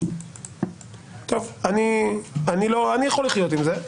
--- טוב, אני יכול לחיות עם זה.